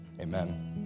Amen